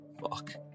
fuck